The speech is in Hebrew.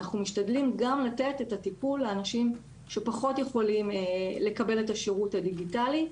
גם לתת טיפול לאנשים שפחות יכולים לקבל את השירות הדיגיטלי.